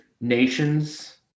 nations